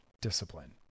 discipline